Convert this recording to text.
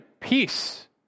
peace